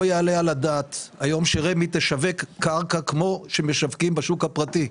לא יעלה על הדעת היום שרמ"י תשווק קרקע כמו שמשווקים בשוק הפרטי.